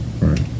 right